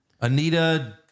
Anita